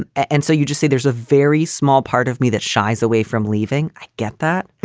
um and so you just see there's a very small part of me that shies away from leaving. i get that.